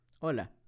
Hola